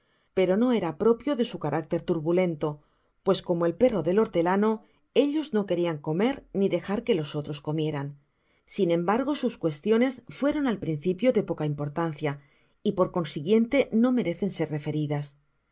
pero no era propio de su carácter turbulento pue como el perro del hortelano ellos no querian comer ni dejar que los otros comieran sin embargo sus cuestiones fueron al principio de poca importancia y por consiguiente no merecen ser referidas